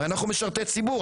הרי אנחנו משרתי ציבור,